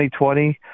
2020